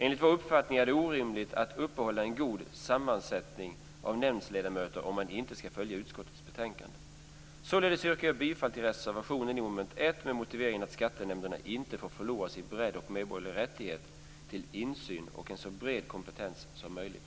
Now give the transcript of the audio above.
Enligt vår uppfattning är det orimligt att uppehålla en god sammansättning av nämndsledamöter om man ska följa utskottets betänkande. Således yrkar jag bifall till reservation 1 under mom. 1 med motiveringen att skattenämnderna inte får förlora sin bredd och medborgerliga rättighet till insyn och ska ha en så bred kompetens som möjligt.